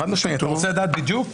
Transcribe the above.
אתה רוצה לדעת בדיוק.